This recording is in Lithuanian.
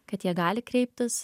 kad jie gali kreiptis